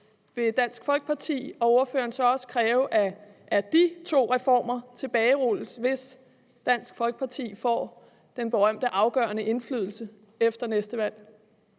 Vil Dansk Folkeparti og ordføreren så også kræve, at de to reformer tilbagerulles, hvis Dansk Folkeparti får den berømte afgørende indflydelse efter næste valg?